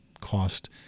cost